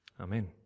Amen